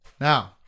Now